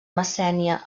messènia